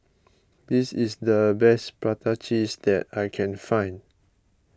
this is the best Prata Cheese that I can find